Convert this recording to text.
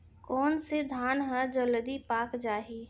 कोन से धान ह जलदी पाक जाही?